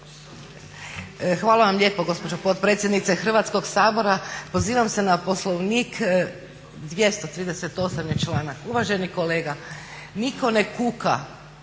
Hvala vam lijepo gospođo potpredsjednice Hrvatskog sabora. Pozivam se na Poslovnik 238.je članak. Uvaženi kolega, niko ne kuka